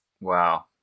Wow